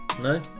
No